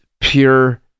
pure